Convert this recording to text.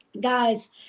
Guys